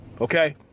Okay